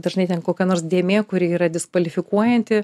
dažnai ten kokia nors dėmė kuri yra diskvalifikuojanti